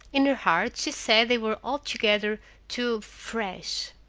in her heart she said they were altogether too fresh.